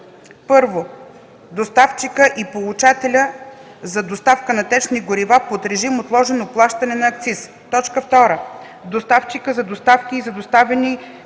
от: 1. доставчика и получателя за доставки на течни горива под режим отложено плащане на акциз; 2. доставчика за доставки и за доставени количества